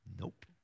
Nope